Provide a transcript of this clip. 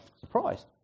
surprised